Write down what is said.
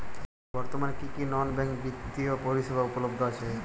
বর্তমানে কী কী নন ব্যাঙ্ক বিত্তীয় পরিষেবা উপলব্ধ আছে?